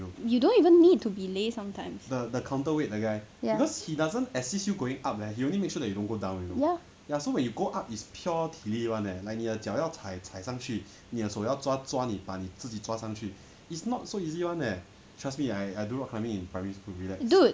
you don't even need to belay sometimes ya ya dude